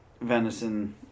venison